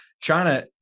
China